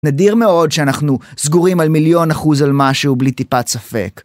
נדיר מאוד שאנחנו סגורים על מיליון אחוז על משהו בלי טיפת ספק.